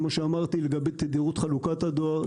כמו שאמרת לגבי תדירות חלוקת הדואר,